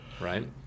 right